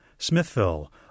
Smithville